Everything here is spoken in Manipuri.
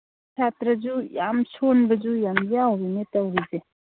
ꯁꯥꯇ꯭ꯔꯁꯨ ꯌꯥꯝ ꯁꯣꯟꯕꯁꯨ ꯌꯥꯝ ꯌꯥꯎꯔꯤꯅꯦ ꯇꯧꯔꯤꯁꯦ